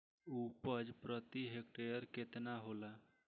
उपज प्रति हेक्टेयर केतना होला?